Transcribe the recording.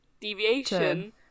deviation